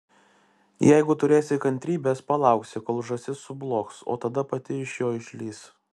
jeigu turėsi kantrybės palauksi kol žąsis sublogs o tada pati iš jo išlįs